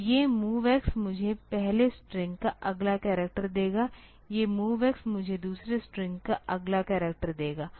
तो ये MOVX मुझे पहले स्ट्रिंग का अगला करैक्टर देगा ये MOVX मुझे दूसरे स्ट्रिंग का अगला करैक्टर देगा